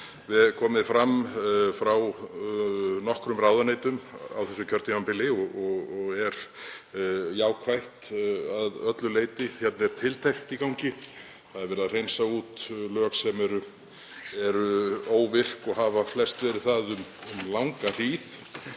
komið frá nokkrum ráðuneytum á þessu kjörtímabili og er jákvætt að öllu leyti. Hér er tiltekt í gangi og verið að hreinsa út lög sem eru óvirk og hafa flest verið það um langa hríð.